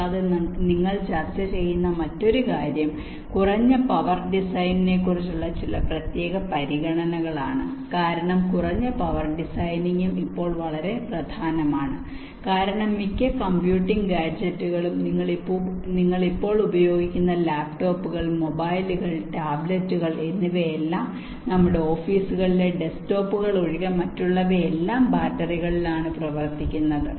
കൂടാതെ നിങ്ങൾ ചർച്ച ചെയ്യുന്ന മറ്റൊരു കാര്യം കുറഞ്ഞ പവർ ഡിസൈനിനെ കുറിച്ചുള്ള ചില പ്രത്യേക പരിഗണനകളാണ് കാരണം കുറഞ്ഞ പവർ ഡിസൈനിംഗും ഇപ്പോൾ വളരെ പ്രധാനമാണ് കാരണം മിക്ക കമ്പ്യൂട്ടിംഗ് ഗാഡ്ജെറ്റുകളും നിങ്ങൾ ഇപ്പോൾ ഉപയോഗിക്കുന്ന ലാപ്ടോപ്പുകൾ മൊബൈലുകൾ ടാബ്ലെറ്റുകൾ എന്നിവയെല്ലാം നമ്മുടെ ഓഫീസുകളിലെ ഡെസ്ക്ടോപ്പുകൾ ഒഴികെ മറ്റുള്ളവയെല്ലാം ബാറ്ററികളിലാണ് പ്രവർത്തിക്കുന്നത്